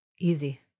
Easy